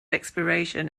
expiration